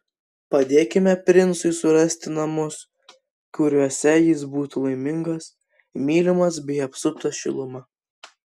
padėkime princui surasti namus kuriuose jis būtų laimingas mylimas bei apsuptas šiluma